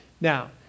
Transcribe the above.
Now